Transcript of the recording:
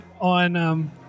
on